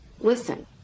listen